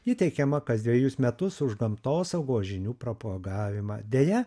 ji teikiama kas dvejus metus už gamtosaugos žinių propagavimą deja